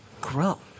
Grow